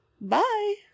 bye